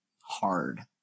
hard